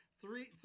Three